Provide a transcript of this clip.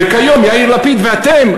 וכיום יאיר לפיד ואתם,